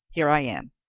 here i am.